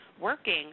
working